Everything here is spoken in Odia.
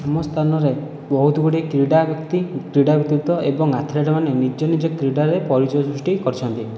ଆମ ସ୍ଥାନରେ ବହୁତ ଗୁଡ଼ିଏ କ୍ରୀଡ଼ା ବ୍ୟକ୍ତି କ୍ରିଡ଼ା ବ୍ୟକ୍ତିତ୍ୱ ଏବଂ ଆଥ୍ଲେଟ୍ମାନେ ନିଜ ନିଜ କ୍ରିଡ଼ାରେ ପରିଚୟ ସୃଷ୍ଟି କରିଛନ୍ତି